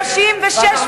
36 פעמים,